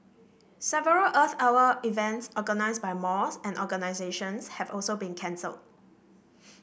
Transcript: several Earth Hour events organised by malls and organisations have also been cancelled